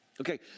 Okay